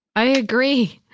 i agree.